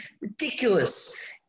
Ridiculous